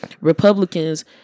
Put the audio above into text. Republicans